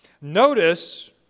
Notice